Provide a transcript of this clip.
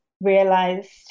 realized